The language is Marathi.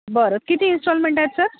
बरं किती इनस्टॉलमेंट आहेत सर